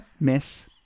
Miss